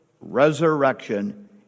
resurrection